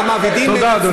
המעבידים, תודה, אדוני.